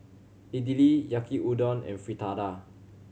Idili Yaki Udon and Fritada